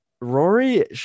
Rory